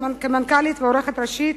כמנכ"לית ועורכת ראשית,